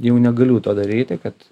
jau negaliu to daryti kad